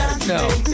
No